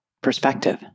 perspective